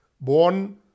born